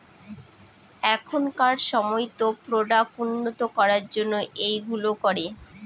এখনকার সময়তো প্রোডাক্ট উন্নত করার জন্য এইগুলো করে